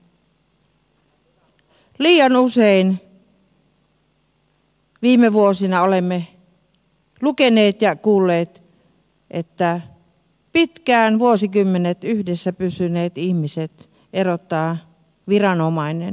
liian usein viime vuosina olemme lukeneet ja kuulleet että pitkään vuosikymmenet yhdessä pysyneet ihmiset erottaa viranomainen